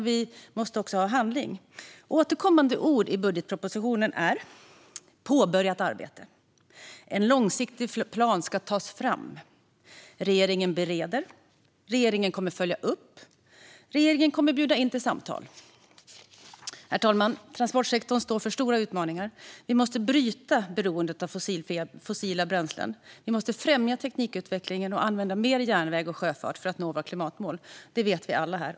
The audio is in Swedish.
Vi måste också se handling. Återkommande ord i budgetpropositionen är: påbörjat arbete, en långsiktig plan ska tas fram, regeringen bereder, regeringen kommer att följa upp och regeringen kommer att bjuda in till samtal. Herr talman! Transportsektorn står inför stora utmaningar. Vi måste bryta beroendet av fossila bränslen, och vi måste främja teknikutvecklingen och använda mer järnväg och sjöfart för att nå våra klimatmål. Det vet vi alla.